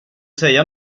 säga